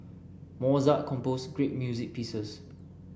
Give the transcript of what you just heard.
Mozart composed great music pieces